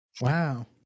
wow